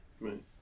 Right